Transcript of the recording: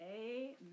Amen